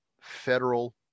federal